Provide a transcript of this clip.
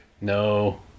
No